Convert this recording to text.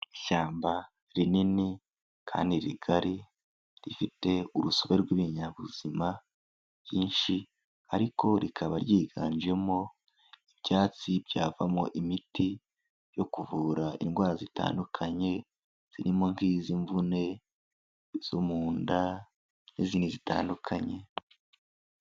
Ishyamba rinini kandi rigari rifite urusobe rw'ibinyabuzima byinshi ariko rikaba ryiganjemo ibyatsi byavamo imiti yo kuvura indwara zitandukanye, zirimo nk'iz'imvune, zo mu nda n'izindi zitandukanye.